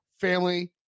family